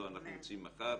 לא, אנחנו רוצים מחר.